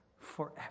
forever